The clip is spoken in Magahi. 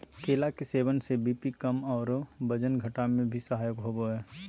केला के सेवन से बी.पी कम आरो वजन घटावे में भी सहायक होबा हइ